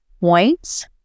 points